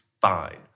fine